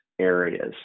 areas